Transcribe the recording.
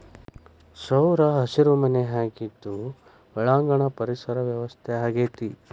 ಸೌರಹಸಿರು ಮನೆ ಆಗಿದ್ದು ಒಳಾಂಗಣ ಪರಿಸರ ವ್ಯವಸ್ಥೆ ಆಗೆತಿ